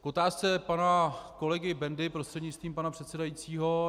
K otázce pana kolegy Bendy, prostřednictvím pana předsedajícího.